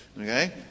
okay